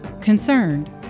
Concerned